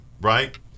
right